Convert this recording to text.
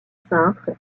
cintre